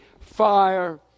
fire